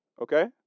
Okay